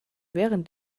während